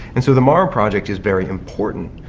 and so the morrow project is very important,